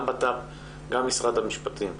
גם המשרד לביטחון פנים וגם משרד המשפטים,